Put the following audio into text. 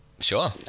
Sure